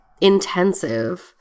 intensive